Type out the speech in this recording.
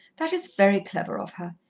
that is very clever of her.